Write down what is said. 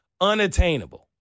unattainable